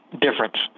difference